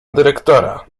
dyrektora